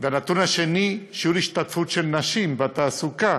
והשנייה, שיעור השתתפות של נשים בתעסוקה